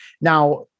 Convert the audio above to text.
Now